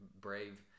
brave